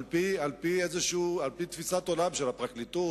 על-פי תפיסת עולם של הפרקליטות,